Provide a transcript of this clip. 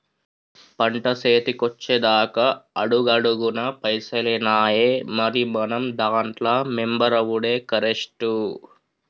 పంట సేతికొచ్చెదాక అడుగడుగున పైసలేనాయె, మరి మనం దాంట్ల మెంబరవుడే కరెస్టు